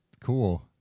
Cool